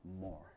more